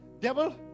Devil